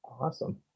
awesome